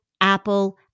Apple